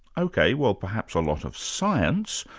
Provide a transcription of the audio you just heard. ok, well perhaps a lot of science,